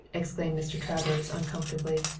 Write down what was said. explained mr. travers uncomfortably.